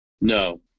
no